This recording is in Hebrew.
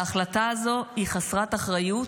ההחלטה הזו היא חסרת אחריות,